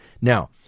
Now